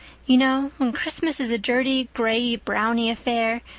you know, when christmas is a dirty grayey-browney affair,